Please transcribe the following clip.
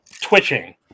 twitching